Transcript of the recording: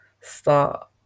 start